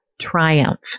triumph